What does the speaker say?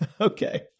Okay